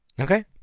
okay